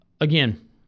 again